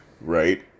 right